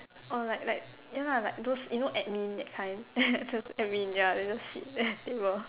or like like ya lah those you know like admin that kind so it's admin ya then just sit on the table